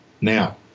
now